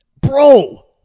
Bro